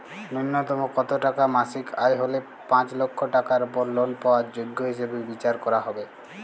ন্যুনতম কত টাকা মাসিক আয় হলে পাঁচ লক্ষ টাকার উপর লোন পাওয়ার যোগ্য হিসেবে বিচার করা হবে?